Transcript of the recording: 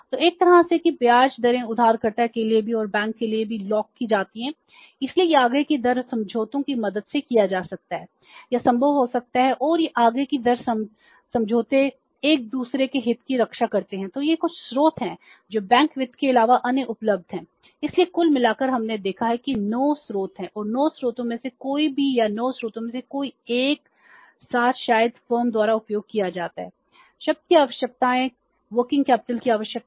तो एक तरह से कि ब्याज दरें उधारकर्ता के लिए भी और बैंक के लिए भी लॉक की आवश्यकताएं